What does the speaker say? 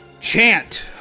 chant